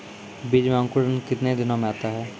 बीज मे अंकुरण कितने दिनों मे आता हैं?